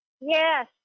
Yes